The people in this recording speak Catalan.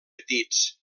petits